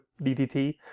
DDT